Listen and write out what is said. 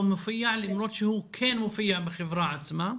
מופיע למרות שהוא כן מופיע בחברה עצמה,